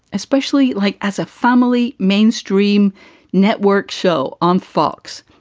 especially like as a family mainstream network show on fox,